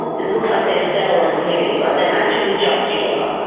it looks like they fell on tv, but they actually jumped together.